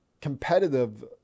competitive